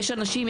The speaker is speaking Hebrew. יש אנשים,